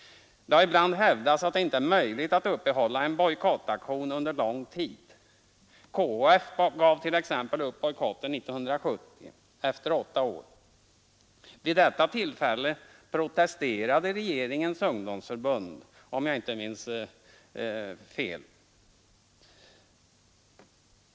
Det har ibland hävdats att det inte är möjligt att uppehålla en bojkott under lång tid. KF gav t.ex. upp bojkotten av sydamerikansk frukt 1970, efter åtta år. Vid det tillfället protesterade regeringspartiets ungdomsförbund, om jag inte minns fel.